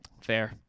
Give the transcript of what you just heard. fair